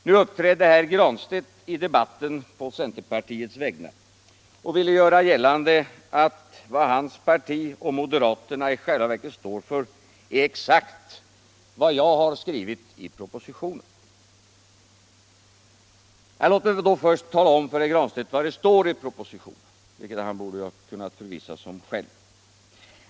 Nu uppträdde herr Granstedt här i debatten på centerpartiets vägnar och ville göra gällande att vad hans parti och moderaterna i själva verket står för är exakt vad jag har skrivit i propositionen. Men låt mig då först tala om för herr Granstedt vad som står i propositionen — vilket herr Granstedt borde ha kunnat förvissa sig om själv.